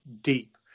deep